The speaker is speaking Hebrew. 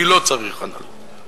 אני לא צריך אנלוגיות.